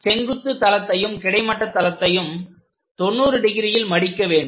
செங்குத்து தளத்தையும் கிடைமட்ட தளத்தையும் 90 டிகிரியில் மடிக்க வேண்டும்